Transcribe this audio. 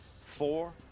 four